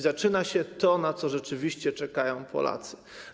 Zaczyna się to, na co rzeczywiście czekają Polacy.